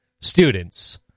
students